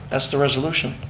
that's the resolution,